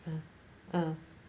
ah